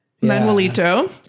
Manuelito